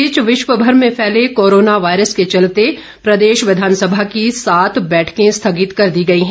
इस बीच विश्वभर में फैले कोरोना वायरस के चलते प्रदेश विधानसभा की सात बैठकें स्थगित कर दी गई हैं